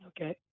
Okay